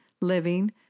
living